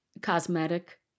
cosmetic